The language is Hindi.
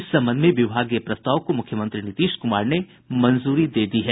इस संबंध में विभागीय प्रस्ताव को मुख्यमंत्री नीतीश कुमार ने मंजूरी दे दी है